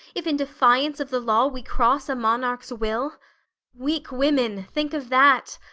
if in defiance of the law we cross a monarch's will weak women, think of that,